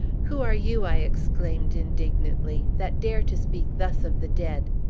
who are you, i exclaimed indignantly, that dare to speak thus of the dead?